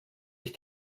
ich